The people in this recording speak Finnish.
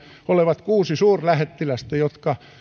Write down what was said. olevat kuusi suurlähettilästä jotka